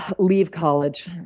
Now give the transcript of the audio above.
leave college.